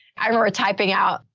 i remember typing out.